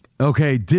Okay